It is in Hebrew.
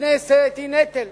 כנסת היא נטל.